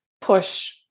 push